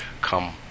come